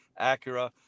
Acura